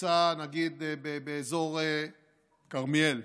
שנמצא נגיד באזור כרמיאל,